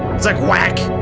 it's like whack.